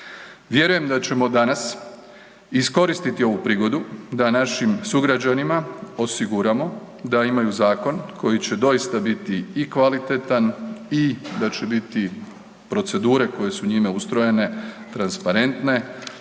Vjerujem da ćemo danas iskoristi ovu prigodu da našim sugrađanima osiguramo da imaju zakon koji će doista biti i kvalitetan i da će biti procedure koje su njime ustrojene transparentne,